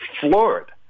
floored